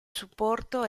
supporto